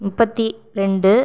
முப்பத்திரெண்டு